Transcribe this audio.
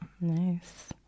nice